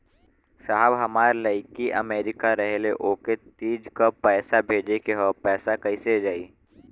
साहब हमार लईकी अमेरिका रहेले ओके तीज क पैसा भेजे के ह पैसा कईसे जाई?